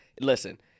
listen